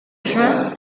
juin